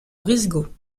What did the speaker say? brisgau